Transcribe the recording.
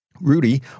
Rudy